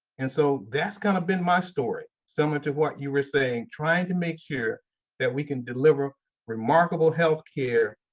and so that's kinda been my story. similar to what you were saying, trying to make sure that we can deliver remarkable healthcare,